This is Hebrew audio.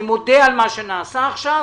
אני מודה על מה שנעשה עכשיו,